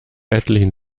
etlichen